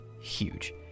huge